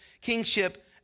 kingship